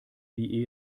wie